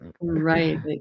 Right